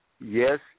yes